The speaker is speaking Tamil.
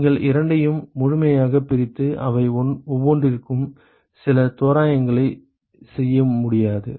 நீங்கள் இரண்டையும் முழுமையாகப் பிரித்து அவை ஒவ்வொன்றிற்கும் சில தோராயங்களைச் செய்ய முடியாது